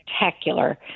spectacular